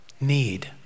need